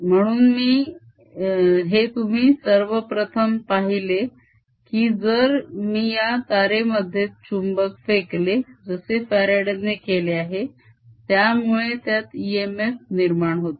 म्हणून हे तुम्ही सर्वप्रथम पाहिले की जर मी या तारेमध्ये चुंबक फेकले जसे फ्यारडे ने केले आहे त्यामुळे त्यात इएमएफ निर्माण होतो